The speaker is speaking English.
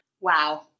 Wow